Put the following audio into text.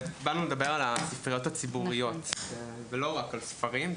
באנו לדבר על הספריות הציבוריות ולא רק על ספרים,